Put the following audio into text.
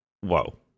Whoa